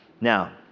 Now